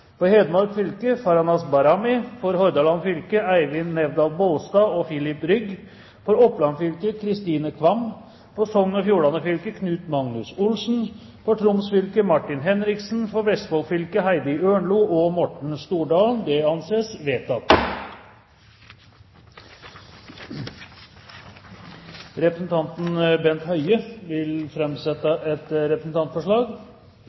For Hedmark fylke: Farahnaz BahramiFor Hordaland fylke: Eivind Nævdal-Bolstad og Filip RyggFor Oppland fylke: Kristine KvamFor Sogn og Fjordane fylke: Knut Magnus OlsenFor Troms fylke: Martin HenriksenFor Vestfold fylke: Heidi Ørnlo og Morten Stordalen Representanten Bent Høie vil